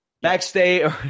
backstage